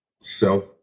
self